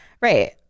right